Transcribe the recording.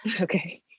Okay